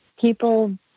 people